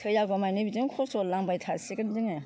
थैआगौ मानि बिदिनो खस्थ' जालांबाय थासिगोन जोङो